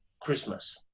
Christmas